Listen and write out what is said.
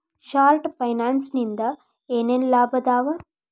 short ಫೈನಾನ್ಸಿನಿಂದ ಏನೇನ್ ಲಾಭದಾವಾ